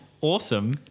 awesome